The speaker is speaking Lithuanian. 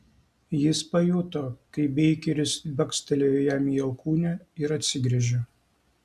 jis pajuto kaip beikeris bakstelėjo jam į alkūnę ir atsigręžė